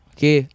Okay